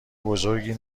بزرگی